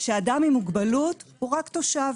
שאדם עם מוגבלות הוא רק תושב.